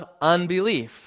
unbelief